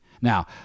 Now